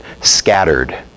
scattered